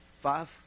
Five